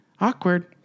awkward